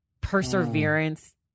perseverance